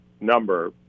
number